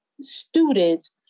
students